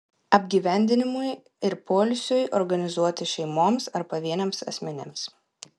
apgyvendinimui ir poilsiui organizuoti šeimoms ar pavieniams asmenims